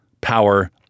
power